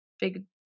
big